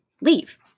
leave